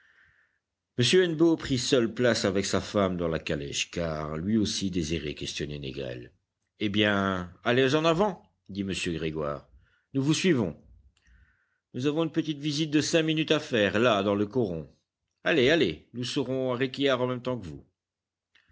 prit seul place avec sa femme dans la calèche car lui aussi désirait questionner négrel eh bien allez en avant dit m grégoire nous vous suivons nous avons une petite visite de cinq minutes à faire là dans le coron allez allez nous serons à réquillart en même temps que vous